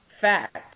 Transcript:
fact